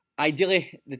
Ideally